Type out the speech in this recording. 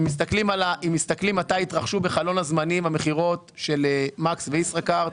אם מסתכלים מתי התרחשו בחלון הזמנים המכירות של מקס וישראכרט,